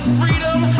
freedom